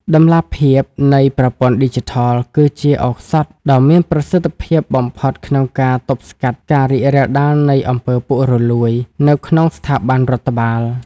តម្លាភាពនៃប្រព័ន្ធឌីជីថល គឺជាឱសថដ៏មានប្រសិទ្ធភាពបំផុតក្នុងការទប់ស្កាត់ការរីករាលដាលនៃ អំពើពុករលួយ នៅក្នុងស្ថាប័នរដ្ឋបាល។